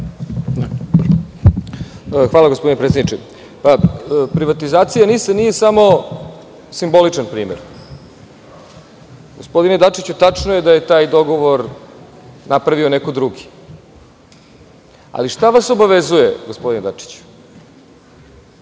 Hvala, gospodine predsedniče. Privatizacija NIS nije samo simboličan primer. Gospodine Dačiću, tačno je da je taj dogovor na pravio neko drugi. Šta vas obavezuje, gospodine Dačiću?